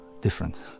different